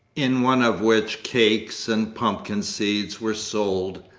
in one of which cakes and pumpkin seeds were sold,